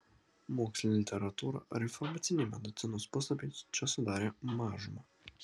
mokslinė literatūra ar informaciniai medicinos puslapiai čia sudarė mažumą